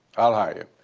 i'll hire you.